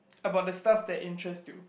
about the stuff that interest you